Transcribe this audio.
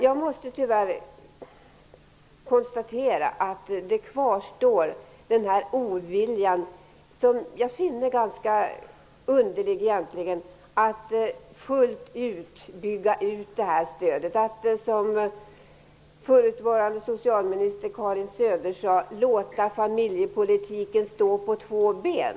Jag måste tyvärr konstatera att det kvarstår en ovilja, som jag finner ganska underlig, mot att fullt bygga ut det här stödet och att, som den förutvarande socialministern Karin Söder sade, låta familjepolitiken stå på två ben.